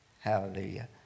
Hallelujah